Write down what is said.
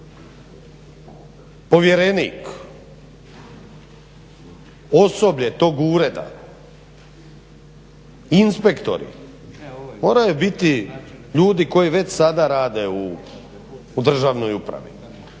povjerenik, osoblje tog ureda, inspektori moraju biti ljudi koji već sada rade u državnoj upravi.